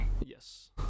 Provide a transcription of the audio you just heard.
Yes